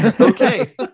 Okay